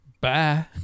bye